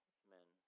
amen